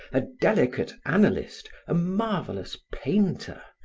a delicate analyst, a marvelous painter.